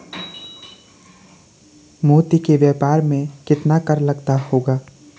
मोती के व्यापार में कितना कर लगता होगा?